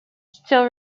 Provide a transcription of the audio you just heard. still